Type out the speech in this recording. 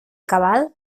cabal